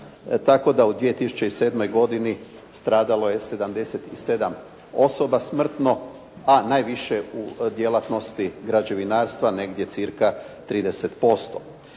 tako da u 2007. godini stradalo je 77 osoba smrtno, a najviše u djelatnosti građevinarstva, negdje cca. 30%